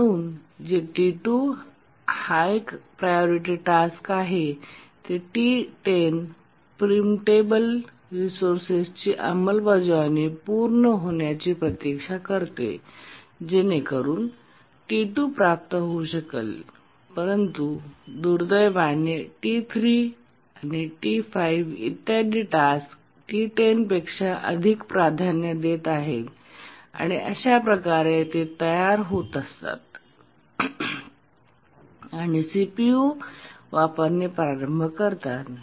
म्हणून T2 जे high priority task आहे T 10 प्री प्रीमटेबल रिसोर्सेसची अंमलबजावणी पूर्ण होण्याची प्रतीक्षा करते जेणेकरुन T2 प्राप्त होऊ शकेल परंतु दुर्दैवाने T3 T5 इत्यादी टास्क T10 पेक्षा अधिक प्राधान्य देत आहेत आणि अशा प्रकारे ते तयार होतात आणि सीपीयू वापरणे प्रारंभ करतात